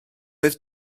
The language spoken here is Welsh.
oedd